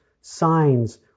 signs